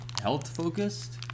health-focused